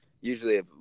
usually